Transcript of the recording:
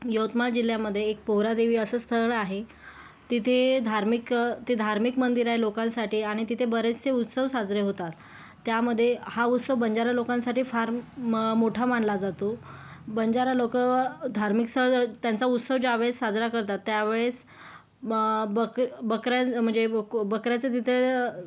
यवतमाळ जिल्ह्यामधे एक पोहरादेवी असं स्थळ आहे तिथे धार्मिक ते धार्मिक मंदिर आहे लोकांसाठी आणि तिथे बरेचसे उत्सव साजरे होतात त्यामधे हा उत्सव बंजारा लोकांसाठी फार म मोठा मानला जातो बंजारा लोक धार्मिक स्थळ त्यांचा उत्सव ज्या वेळेस साजरा करतात त्या वेळेस बक बकऱ्या म्हणजे बकऱ्याचं तिथे